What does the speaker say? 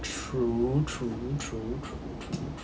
true true true